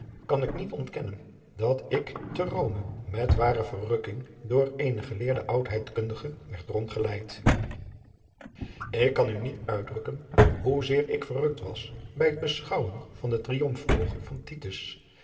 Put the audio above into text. kan ik niet ontkennen dat ik te ome met ware verrukking door eenen geleerden oudheidkundige werd rondgeleid k kan u niet uitdrukken hoe zeer ik verrukt was bij het beschouwen van den riomfboog van